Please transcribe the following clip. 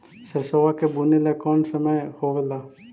सरसोबा के बुने के कौन समय होबे ला?